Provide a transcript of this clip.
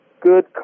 good